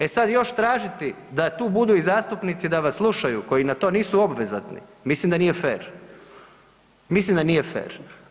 E sad još tražiti da tu budu i zastupnici da vas slušaju koji na to nisu obvezatni, mislim da nije fer, mislim da nije fer.